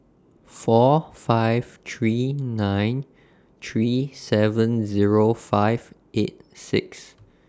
four five three nine three seven Zero five eight six